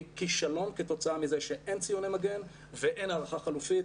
כישלון כתוצאה מזה שאין ציוני מגן ואין הערכה חלופית,